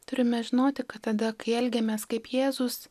turime žinoti kad tada kai elgiamės kaip jėzus